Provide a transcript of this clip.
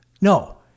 No